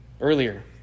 earlier